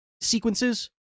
sequences